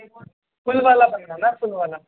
فل والا بنانا ہے نا فل والا